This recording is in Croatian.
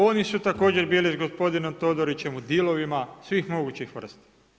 Oni su također bili sa gospodinom Todorićem u dilovima svim mogućih vrsta.